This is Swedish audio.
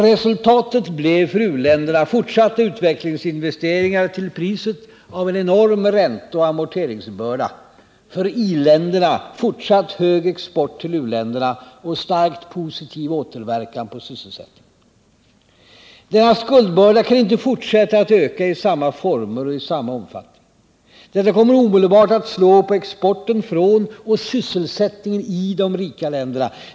Resultatet blev för u-länderna fortsatta utvecklingsinvesteringar till priset av en enorm ränteoch amorteringsbörda; för i-länderna fortsatt hög export till u-länderna och starkt positiv återverkan på sysselsättningen. Denna skuldbörda kan inte fortsätta att öka i samma former och i samma omfattning. Detta kommer omedelbart att slå på exporten från och sysselsättningen i de rika länderna.